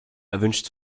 erwünscht